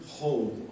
home